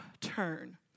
turn